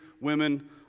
women